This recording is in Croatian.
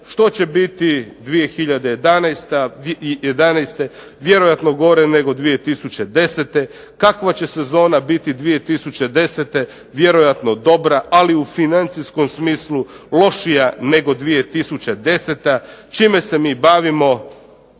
Što će biti 2011., vjerojatno gore nego 2010. Kakva će sezona biti 2010., vjerojatno dobra, ali u financijskom smislu lošija nego 2010. Čime se mi bavimo,